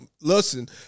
Listen